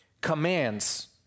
commands